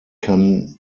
kann